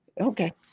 okay